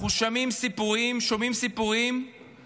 אנחנו שומעים סיפורים של ביורוקרטיה.